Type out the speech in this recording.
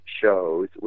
shows